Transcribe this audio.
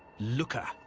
lucre,